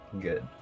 good